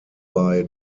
bei